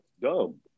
dumb